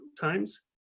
times